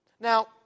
Now